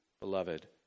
beloved